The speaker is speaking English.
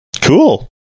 cool